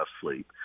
sleep